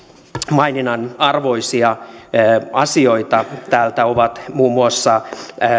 maininnan arvoisia asioita täältä ovat muun muassa